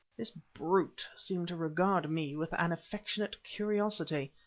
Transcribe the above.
this brute seemed to regard me with an affectionate curiosity.